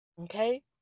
Okay